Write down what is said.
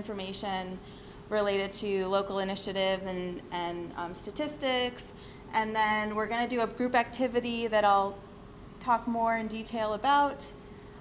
information related to local initiatives and statistics and then we're going to do a group activity that all talk more in detail about